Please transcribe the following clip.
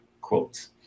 Quotes